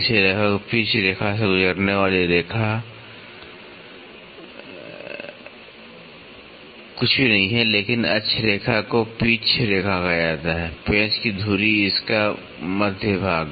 इसे लगभग पिच रेखा से गुजरने वाली रेखा कुछ भी नहीं है लेकिन अक्ष रेखा को पिच रेखा कहा जाता है पेंच की धुरी इसका मध्य भाग